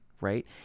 right